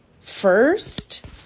first